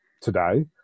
today